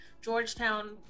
Georgetown